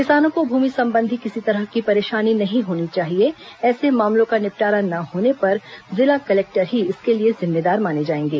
किसानों को भूमि संबंधी किसी तरह की परेशानी नहीं होनी चाहिए ऐसे मामलों का निपटारा न होने पर जिला कलेक्टर ही इसके लिए जिम्मेदार माने जाएंगे